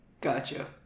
Gotcha